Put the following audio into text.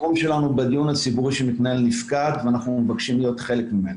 המקום שלנו בדיון הציבורי שמתנהל נפקד ואנחנו מבקשים להיות חלק ממנו.